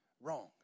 wrong